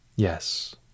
Yes